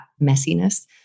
messiness